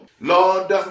Lord